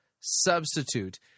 substitute